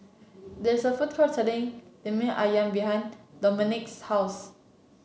there is a food court selling Lemper ayam behind Dominik's house